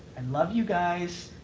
and love you guys.